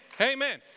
Amen